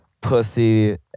pussy